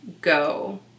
Go